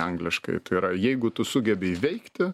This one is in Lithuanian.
angliškai tai yra jeigu tu sugebi įveikti